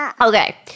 Okay